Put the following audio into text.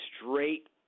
straight